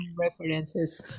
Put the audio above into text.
references